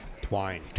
Twine